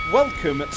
welcome